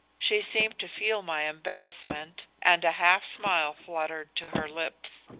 she seemed to feel my embarassment and a half smile fluttered to her lips.